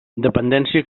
dependència